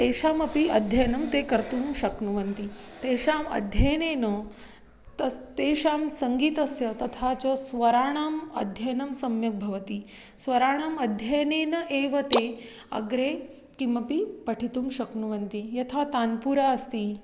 तेषामपि अध्ययनं ते कर्तुं शक्नुवन्ति तेषाम् अध्ययनेन तस् तेषां सङ्गीतस्य तथा च स्वराणाम् अध्ययनं सम्यक् भवति स्वराणाम् अध्ययनेन एव ते अग्रे किमपि पठितुं शक्नुवन्ति यथा तान्पुरा अस्ति